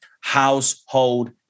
household